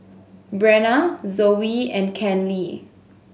Brenna Zoey and Kenley